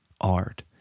art